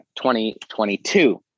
2022